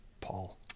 Paul